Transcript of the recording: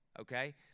okay